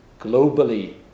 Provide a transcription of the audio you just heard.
globally